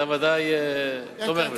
אתה ודאי תומך בזה.